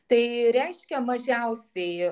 tai reiškia mažiausiai